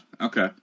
okay